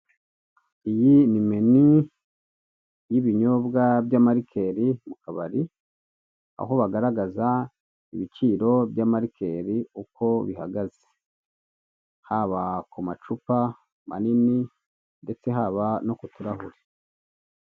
Iyi ni menu y'ibinyobwa by'amarikeri mu kabari, aho bagaragaza ibiciro by'amarikeri uko bihagaze, haba ku macupa manini ndetse haba no ku turahure.